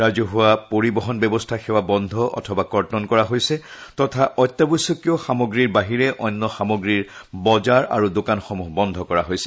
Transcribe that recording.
ৰাজছৱা পৰিবহন ব্যৱস্থা সেৱা বন্ধ অথবা কৰ্তন কৰা হৈছে তথা অত্যাৱশ্যকীয় সামগ্ৰীৰ বাহিৰে অন্য সামগ্ৰীৰ বজাৰ আৰু দোকানসমূহ বন্ধ কৰা হৈছে